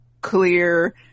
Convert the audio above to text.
clear